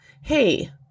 hey